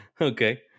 Okay